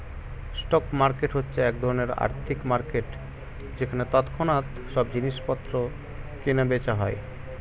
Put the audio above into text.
stock market হচ্ছে এক ধরণের আর্থিক মার্কেট যেখানে তৎক্ষণাৎ সব জিনিসপত্র কেনা বেচা হয়